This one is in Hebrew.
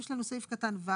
"(ה)